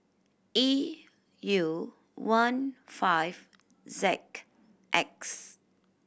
E U one five Z X